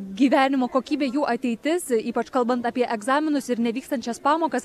gyvenimo kokybė jų ateitis ypač kalbant apie egzaminus ir nevykstančias pamokas